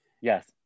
yes